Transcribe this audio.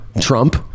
trump